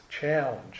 challenge